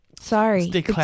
Sorry